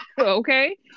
Okay